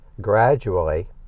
gradually